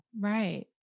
right